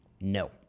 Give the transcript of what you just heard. No